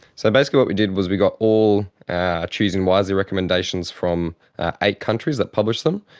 so basically what we did was we got all our choosing wisely recommendations from eight countries that published them,